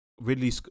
Ridley